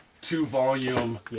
two-volume